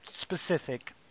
specific